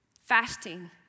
Fasting